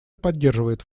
поддерживает